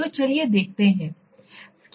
तो चलिए देखते हैं